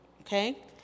Okay